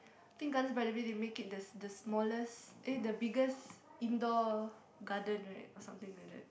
I think Gardens-by-the-Bay they make it the the smallest eh the biggest indoor garden right or something like that